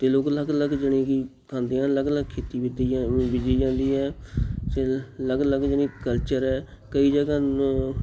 ਅਤੇ ਲੋਕ ਅਲੱਗ ਅਲੱਗ ਜਣੀ ਕਿ ਖਾਦੇ ਹਨ ਅਲੱਗ ਅਲੱਗ ਖੇਤੀ ਬੀਜੀ ਜਾਂ ਬੀਜੀ ਜਾਂਦੀ ਹੈ ਅਤੇ ਅਲੱਗ ਅਲੱਗ ਜਣੀ ਕਲਚਰ ਹੈ ਕਈ ਜਗ੍ਹਾ ਨ